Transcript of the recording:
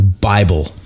Bible